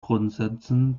grundsätzen